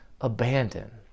abandon